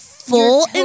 Full